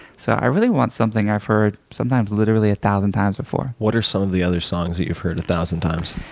so i really want something i've heard sometimes literally a thousand times before. what are some of the other songs that you've heard a thousand times?